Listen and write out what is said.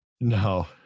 no